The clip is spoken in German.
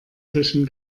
tischen